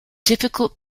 difficult